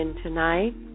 tonight